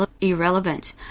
irrelevant